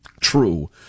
true